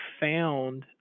found